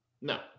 No